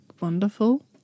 wonderful